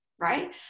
right